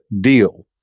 deal